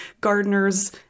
gardeners